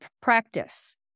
practice